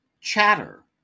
Chatter